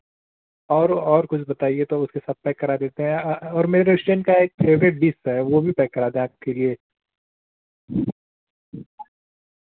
और वह और कुछ बताइए तो उसके साथ पैक करा देते हैं और मेरे रेश्टोरेंट का एक फेवरेट डिस है वह भी पैक करा दें आपके लिए